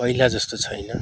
पहिला जस्तो छैन